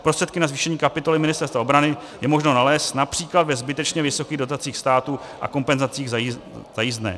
Prostředky na zvýšení kapitoly Ministerstva obrany je možné nalézt např. ve zbytečně vysokých dotacích státu a kompenzacích za jízdné.